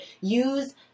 use